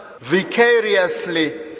vicariously